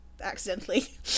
accidentally